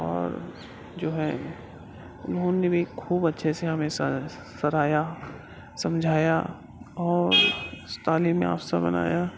اور جو ہے انہوں نے بھی خوب اچھے سے ہمیں سرا سرایا سمجھایا اور تعلیم یافتہ بنایا